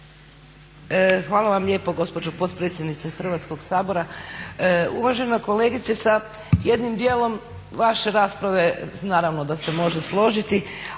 Hvala vam lijepo gospođo potpredsjednice Hrvatskog sabora. Uvažena kolegice sa jednim dijelom vaše rasprave naravno da se može složiti,